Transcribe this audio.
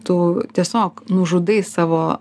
tu tiesiog nužudai savo